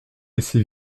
laissé